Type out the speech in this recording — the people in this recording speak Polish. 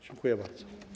Dziękuję bardzo.